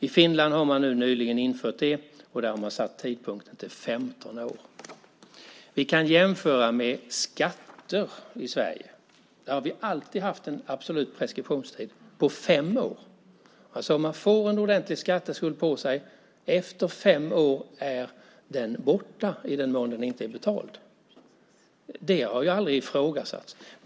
I Finland har man nyligen infört det, och där har man satt tidpunkten till 15 år. Vi kan jämföra med skatter i Sverige. Där har vi alltid haft en absolut preskriptionstid på fem år. Om man får en ordentlig skatteskuld på sig är den borta efter fem år i den mån den inte är betald. Det har aldrig ifrågasatts.